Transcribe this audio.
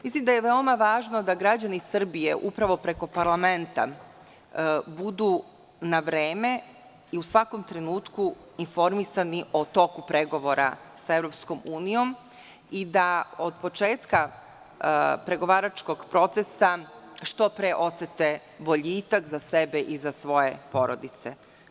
Mislim da je veoma važno da građani Srbije, upravo preko parlamenta, budu na vreme i u svakom trenutku informisani o toku pregovora sa EU i da od početka pregovaračkog procesa što pre osete boljitak za sebe i za svoje porodice.